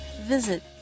visit